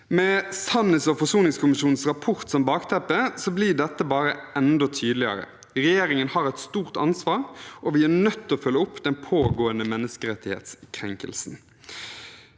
Med sannhets- og forsoningskommisjonens rapport som bakteppe, blir dette bare enda tydeligere. Regjeringen har et stort ansvar, og vi er nødt til å følge opp den pågående menneskerettighetskrenkelsen.